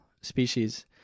species